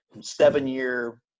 seven-year –